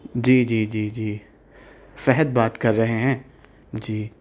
جی جی جی جی فہد بات کر رہے ہیں جی